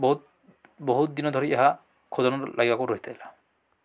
ବହୁତ ବହୁତ ଦିନ ଧରି ଏହା ଖୋଦନ ଲାଗିିବାକୁ ରହିଥିଲା